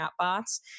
chatbots